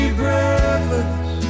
breathless